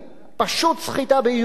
פשוט סחיטה באיומים,